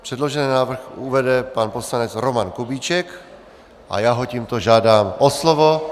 Předložený návrh uvede pan poslanec Roman Kubíček a já ho tímto žádám o slovo.